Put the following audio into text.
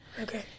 Okay